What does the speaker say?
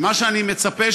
ומה שאני מצפה,